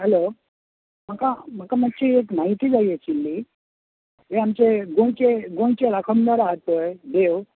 hello म्हाका म्हाका मात्शी एक म्हायती जाय आशिल्ली हें आमचें आमचे गोंयचे गोंयचे राखणदार आहा पय देव